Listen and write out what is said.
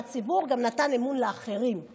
אבל הציבור גם נתן אמון באחרים,